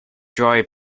joy